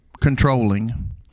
controlling